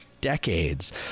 Decades